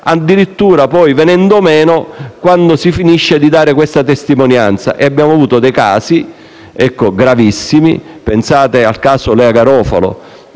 addirittura poi venendo meno quando si finisce di dare questa testimonianza. Abbiamo avuto dei casi gravissimi. Pensate al caso Lea Garofalo,